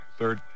third